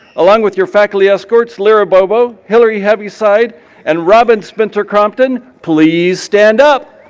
along with your faculty escorts, lyra bobo, hilary heaviside and robyn spencer-crompton, please stand up.